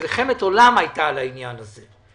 מלחמת עולם הייתה על העניין הזה.